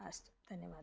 अस्तु धन्यवादः